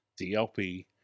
dlp